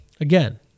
again